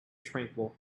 tranquil